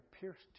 pierced